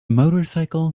motorcycle